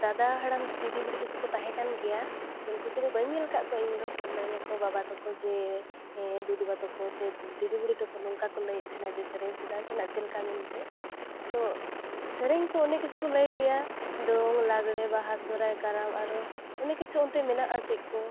ᱫᱟᱫᱟ ᱦᱟᱲᱟᱢ ᱫᱤᱫᱤ ᱵᱩᱰᱤ ᱛᱮᱠᱚ ᱠᱚ ᱛᱟᱦᱮᱸᱠᱟᱱ ᱜᱮᱭᱟ ᱛᱚ ᱩᱱᱠᱩ ᱠᱚᱫᱚ ᱵᱟᱹᱧ ᱧᱮᱞ ᱟᱠᱟᱫ ᱠᱚᱣᱟ ᱤᱧᱫᱚ ᱛᱚ ᱞᱟᱹᱭ ᱟᱠᱚ ᱵᱟᱵᱟ ᱛᱮᱠᱚ ᱡᱮ ᱦᱮᱸ ᱫᱩᱫᱩᱵᱟ ᱛᱮᱠᱚ ᱥᱮ ᱫᱤᱫᱤ ᱵᱩᱰᱤ ᱛᱮᱠᱚ ᱱᱚᱝᱠᱟ ᱠᱚ ᱞᱟᱹᱭᱮᱫ ᱛᱮᱦᱮᱱᱟ ᱡᱮ ᱥᱮᱨᱮᱧ ᱥᱮᱫᱟᱭ ᱥᱮᱱᱟᱜ ᱪᱮᱫᱞᱮᱠᱟ ᱢᱮᱱᱛᱮ ᱛᱚ ᱥᱮᱨᱮᱧᱠᱚ ᱚᱱᱮᱠ ᱠᱤᱪᱷᱩᱠᱚ ᱞᱟᱹᱭ ᱜᱮᱭᱟ ᱫᱚᱝ ᱞᱟᱜᱽᱲᱮ ᱵᱟᱦᱟ ᱥᱚᱦᱨᱟᱭ ᱠᱟᱨᱟᱢ ᱟᱨᱚ ᱚᱱᱮᱠ ᱠᱤᱪᱷᱩ ᱚᱱᱛᱮ ᱢᱮᱱᱟᱜᱼᱟ ᱪᱮᱫᱠᱚ